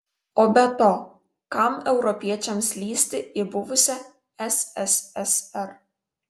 o be to kam europiečiams lįsti į buvusią sssr